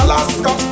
Alaska